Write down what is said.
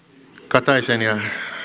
kataisen ja